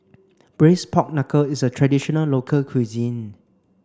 braised pork knuckle is a traditional local cuisine